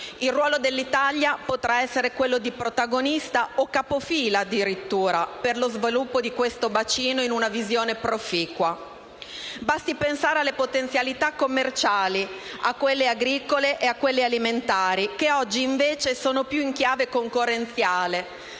Il ruolo dell'Italia potrà essere quello di protagonista o addirittura di capofila per lo sviluppo di questo bacino, in una visione proficua. Basti pensare alle potenzialità commerciali, a quelle agricole e a quelle alimentari, che oggi sono invece impostate più in chiave concorrenziale,